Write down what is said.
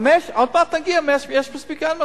עוד מעט נגיע אם יש מספיק או אין מספיק.